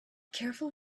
careful